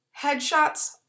headshots